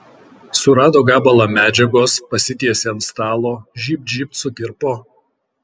surado gabalą medžiagos pasitiesė ant stalo žybt žybt sukirpo